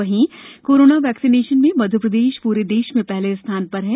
वहींकोरोना vaccination में मध्यप्रदेश पूरे देश में पहले स्थान पर है